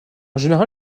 général